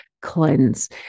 cleanse